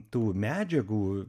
tų medžiagų